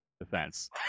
defense